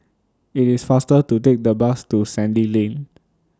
IT IS faster to Take The Bus to Sandy Lane